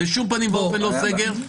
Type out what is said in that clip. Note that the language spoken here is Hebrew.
בשום פנים ואופן לא סגר.